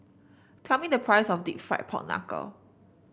tell me the price of deep fried Pork Knuckle